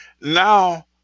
Now